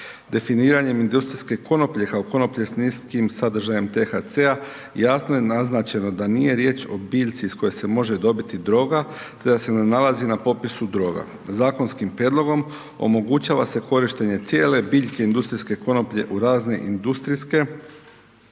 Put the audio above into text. Definiranjem industrijske konoplje, kao konoplje s niskim sadržajem THC-a jasno je naznačeno da nije riječ o biljci iz koje se može dobiti droga, te da se ne nalazi na popisu droga. Zakonskim prijedlogom, omogućava se korištenje cijele biljke industrijske konoplje u razne industrijske